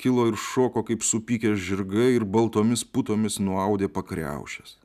kilo ir šoko kaip supykę žirgai ir baltomis putomis nuaudė pakriaušes